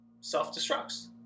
self-destructs